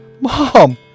Mom